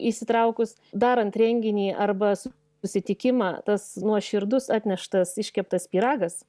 įsitraukus darant renginį arba s susitikimą tas nuoširdus atneštas iškeptas pyragas